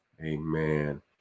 Amen